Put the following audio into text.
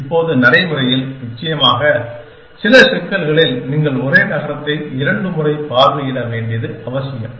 இப்போது நடைமுறையில் நிச்சயமாக சில சிக்கல்களில் நீங்கள் ஒரே நகரத்தை இரண்டு முறை பார்வையிட வேண்டியது அவசியம்